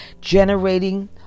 generating